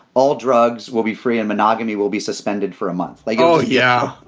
all drugs will be free and monogamy will be suspended for a month. like oh, yeah.